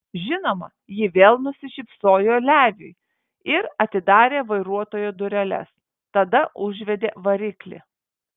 žinoma ji vėl nusišypsojo leviui ir atidarė vairuotojo dureles tada užvedė variklį